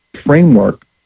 framework